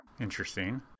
Interesting